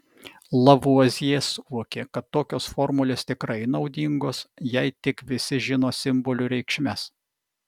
lavuazjė suvokė kad tokios formulės tikrai naudingos jei tik visi žino simbolių reikšmes